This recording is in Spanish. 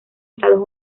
estados